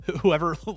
whoever